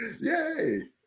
Yay